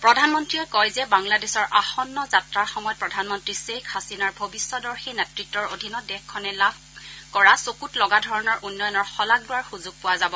প্ৰধানমন্ত্ৰীয়ে কয় যে বাংলাদেশৰ আসন্ন যাত্ৰাৰ সময়ত প্ৰধানমন্ত্ৰী ধ্বেইখ হাছিনাৰ ভৱিষ্যদৰ্শী নেতৃতৰ অধীনত দেশখনে লাভ কৰা চকুত লগা ধৰণৰ উন্নয়নৰ শলাগ লোৱাৰ সুযোগ পোৱা যাব